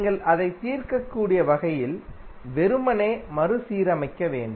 நீங்கள் அதை தீர்க்கக்கூடிய வகையில் வெறுமனே மறுசீரமைக்க வேண்டும்